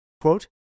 quote